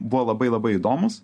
buvo labai labai įdomus